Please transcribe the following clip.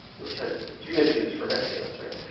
which has significance for met fans, right?